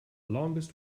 longest